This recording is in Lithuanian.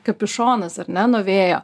kapišonas ar ne nuo vėjo